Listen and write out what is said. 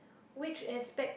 which aspect